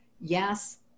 yes